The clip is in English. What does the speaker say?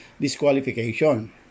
disqualification